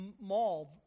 mauled